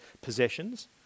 possessions